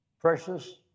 Precious